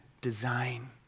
design